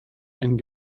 and